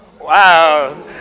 Wow